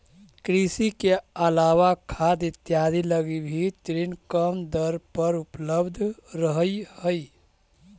कृषि के अलावा खाद इत्यादि लगी भी ऋण कम दर पर उपलब्ध रहऽ हइ